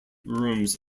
rooms